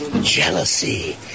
jealousy